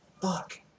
fuck